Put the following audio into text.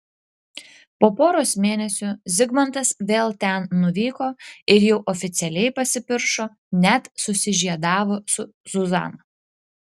po poros mėnesių zigmantas vėl ten nuvyko ir jau oficialiai pasipiršo net susižiedavo su zuzana